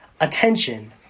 attention